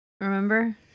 remember